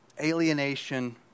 alienation